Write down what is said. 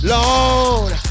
Lord